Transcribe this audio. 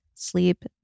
sleep